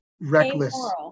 reckless